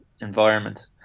environment